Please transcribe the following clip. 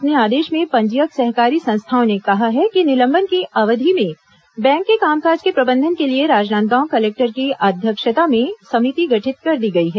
अपने आदेश में पंजीयक सहकारी संस्थाएं ने कहा है कि निलंबन की अवधि में बैंक के कामकाज के प्रबंधन के लिए राजनांदगांव कलेक्टर की अध्यक्षता में समिति गठित कर दी गई है